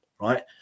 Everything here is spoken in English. Right